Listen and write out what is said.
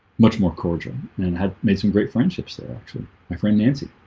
much more cordial and had made some great friendships there actually, my friend nancy